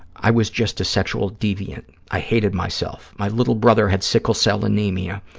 i was just a sexual deviant. i hated myself. my little brother had sickle-cell anemia.